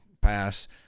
pass